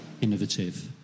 innovative